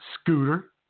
Scooter